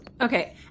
Okay